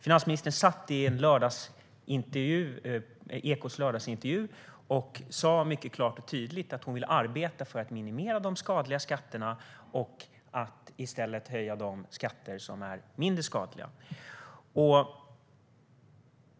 Finansministern var med i Ekots lördagsintervju och sa mycket klart och tydligt att hon vill arbeta för att minimera de skadliga skatterna. I stället vill hon höja de skatter som är mindre skadliga.